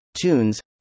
tunes